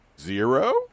Zero